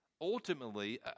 ultimately